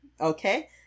Okay